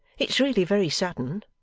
it's really very sudden.